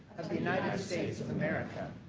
the united states of america,